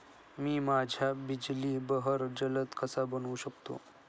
मी माझ्या बिजली बहर जलद कसा बनवू शकतो?